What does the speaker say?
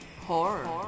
Horror